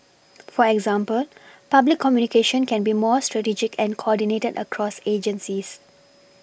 for example public communication can be more strategic and coordinated across agencies